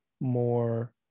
more